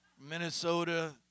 Minnesota